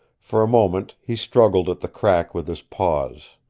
for a moment he struggled at the crack with his paws.